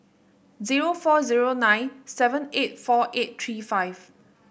zero four zero nine seven eight four eight three five